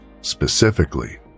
specifically